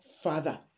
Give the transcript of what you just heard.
father